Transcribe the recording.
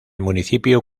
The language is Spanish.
municipio